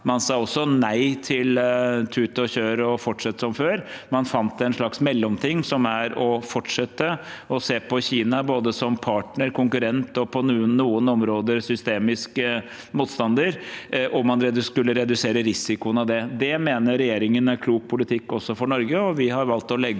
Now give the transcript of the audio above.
Man sa også nei til tut og kjør og å fortsette som før. Man fant en slags mellomting, som er å fortsette å se på Kina både som partner, konkurrent og på noen områder systemisk motstander, og man skulle redusere risikoen av det. Det mener regjeringen er klok politikk også for Norge, og vi har valgt å legge